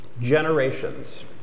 Generations